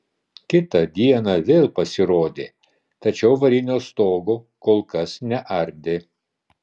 kitą dieną vėl pasirodė tačiau varinio stogo kol kas neardė